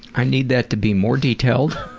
i need that to be more detailed,